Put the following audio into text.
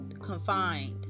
confined